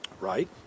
right